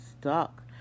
stuck